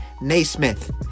Naismith